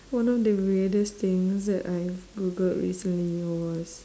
one of the weirdest things that I have googled recently was